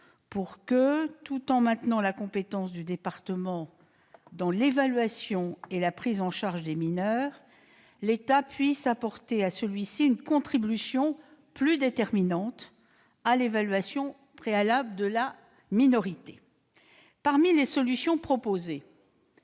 accord : tout en maintenant la compétence des départements dans l'évaluation et la prise en charge des mineurs, l'État peut leur apporter une contribution plus déterminante en ce qui concerne l'évaluation préalable de la minorité. Parmi les solutions proposées